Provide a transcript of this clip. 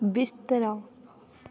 बिस्तरा